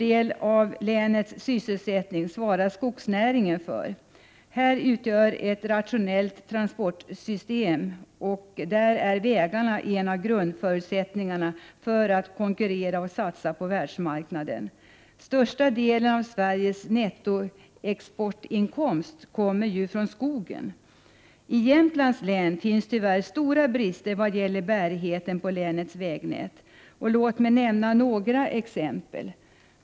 Skogsnäringen svarar för en stor del av länets sysselsättning. Här utgör ett rationellt transportsystem — vägarna är alltså mycket viktiga — en av grundförutsättningarna för att man skall kunna konkurrera och satsa på världsmarknaden. Den största delen av Sveriges nettoexportinkomst härrör ju från skogen. I Jämtlands län finns det, tyvärr, stora brister vad gäller vägnätets bärighet. Jag skall nämna några exempel.